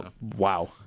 Wow